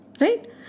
Right